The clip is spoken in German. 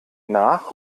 nach